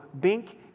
bink